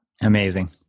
Amazing